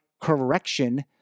correction